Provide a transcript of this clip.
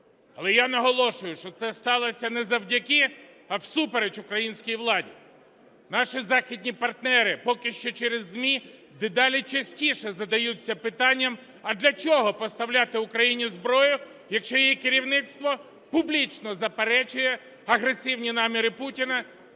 Але я наголошую, що це сталося не завдяки, а всупереч українській владі. Наші західні партнери поки що через ЗМІ дедалі частіше задаються питанням: а для чого поставляти Україні зброю, якщо її керівництво публічно заперечує агресивні наміри Путіна